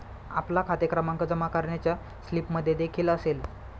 आपला खाते क्रमांक जमा करण्याच्या स्लिपमध्येदेखील असेल